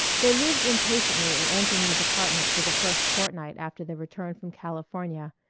they lived impatiently in anthony's apartment for the first fortnight after the return from california,